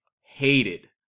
hated